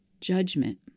judgment